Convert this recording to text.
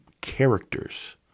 characters